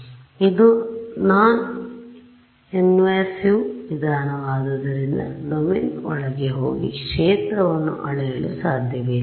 ಇದು non invasive ವಿಧಾನವಾದ್ದರಿಂದ domain ಒಳಗೆ ಹೋಗಿ ಕ್ಷೇತ್ರವನ್ನು ಅಳೆಯಲು ಸಾಧ್ಯವಿಲ್ಲ